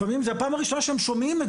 לפעמים זה הפעם הראשונה שהם שומעים את